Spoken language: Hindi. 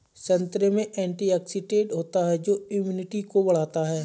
संतरे में एंटीऑक्सीडेंट होता है जो इम्यूनिटी को बढ़ाता है